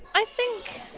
i think